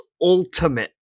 ultimate